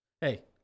Hey